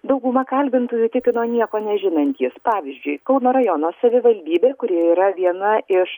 dauguma kalbintųjų tikino nieko nežinantys pavyzdžiui kauno rajono savivaldybė kuri yra viena iš